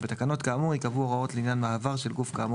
בתקנות כאמור ייקבעו הוראות לעניין מעבר של גוף כאמור